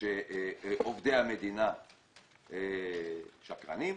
שעובדי המדינה שקרנים,